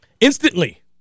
instantly